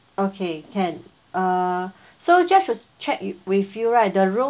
okay can uh so just to check wi~ with you right the room